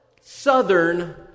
southern